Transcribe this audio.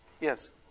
Yes